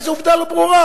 איזו עובדה לא ברורה?